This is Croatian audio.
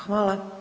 Hvala.